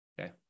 Okay